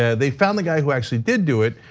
ah they found the guy who actually did do it.